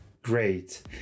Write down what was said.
Great